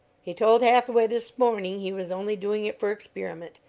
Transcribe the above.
he told hathaway this morning he was only doing it for experiment.